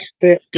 Good